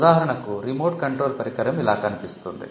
ఉదాహరణకు remote control పరికరం ఇలా కనిపిస్తుంది